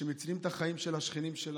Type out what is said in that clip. שמצילים את החיים של השכנים שלנו,